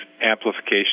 amplification